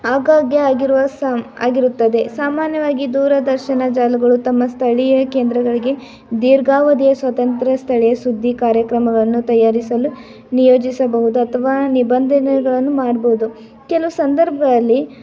ಹಾಗಾಗಿ ಆಗಿರುವ ಸಾಮ್ ಆಗಿರುತ್ತದೆ ಸಾಮಾನ್ಯವಾಗಿ ದೂರದರ್ಶನ ಜಾಲಗಳು ತಮ್ಮ ಸ್ಥಳೀಯ ಕೇಂದ್ರಗಳಿಗೆ ದೀರ್ಘಾವಧಿಯ ಸ್ವತಂತ್ರ ಸ್ಥಳೀಯ ಸುದ್ದಿ ಕಾರ್ಯಕ್ರಮಗಳನ್ನು ತಯಾರಿಸಲು ನಿಯೋಜಿಸಬಹುದು ಅಥವಾ ನಿಬಂಧನೆಗಳನ್ನು ಮಾಡ್ಬೋದು ಕೆಲವು ಸಂದರ್ಭದಲ್ಲಿ